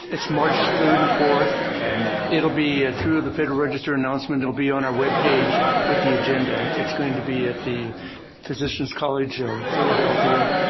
it's march third and fourth. and it'll be through the federal register announcement. it'll be on our web page with the agenda. it's going and to be at the physicians college of philadelphia.